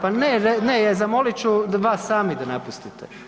pa ne zamolit ću vas sami da napustite.